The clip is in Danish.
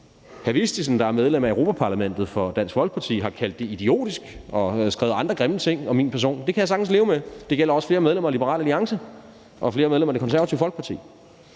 Hr. Vistisen, der er medlem af Europa-Parlamentet for Dansk Folkeparti, har kaldt det idiotisk og skrevet andre grimme ting om min person. Det kan jeg sagtens leve med. Det gælder også flere medlemmer af Liberal Alliance og flere medlemmer af Det Konservative Folkeparti.